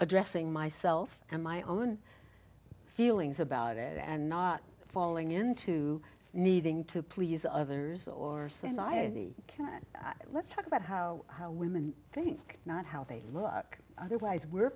addressing myself and my own feelings about it and not falling into needing to please others or society can let's talk about how how women think not how they look otherwise we're